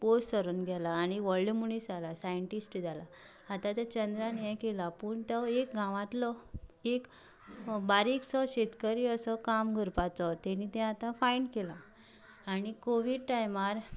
पोयस सरोन गेलां आनी व्हडलें मनीस जालां सायनटिस्ट जालां आतां तें चंद्रायन ये केलां पूण तो एक गांवांतलो एक बारीकसो शेतकरी असो काम करपाचो तेणी ते आतां फायन केलां आनी कोविड टायमार